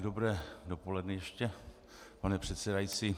Dobré dopoledne ještě, pane předsedající.